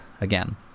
again